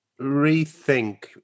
rethink